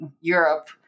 Europe